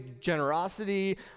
generosity